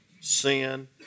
sin